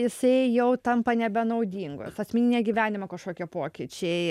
jisai jau tampa nebenaudingas asmeninio gyvenimo kažkokie pokyčiai